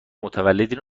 متولدین